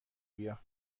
بیا